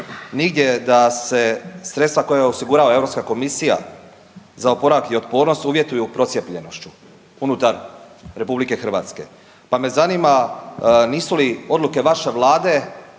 nigdje da se sredstva koja osigurava Europska komisija za oporavak i otpornost uvjetuje procijepljenošću unutar RH, pa me zanima nisu li odluke vaše vlade